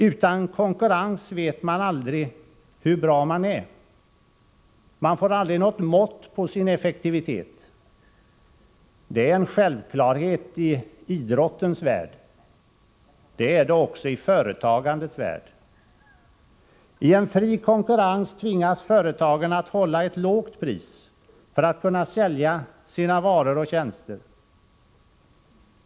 Utan konkurrens vet man aldrig hur bra man är, man får aldrig något mått på sin effektivitet. Det är en självklarhet i idrottens värld. Det är det också i företagandets värld. I en fri konkurrens tvingas företagen att hålla ett lågt pris för att kunna sälja sina varor och tjänster.